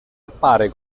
appare